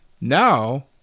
now